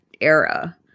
era